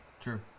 True